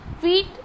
Wheat